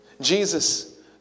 Jesus